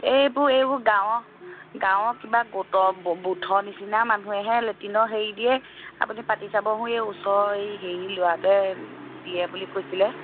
এইবোৰ এইবোৰ গাঁৱৰ গাঁৱৰ কিবা গোটৰ বুথৰ নিচনা মানুহেহে লিটিনৰ হেৰি দিয়ে আপুনি পাতি চাবচোন ওচৰৰ এই হেৰি ল'ৰাটোৱে দিয়ে বুলি কৈছিলে